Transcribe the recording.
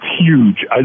huge